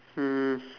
mm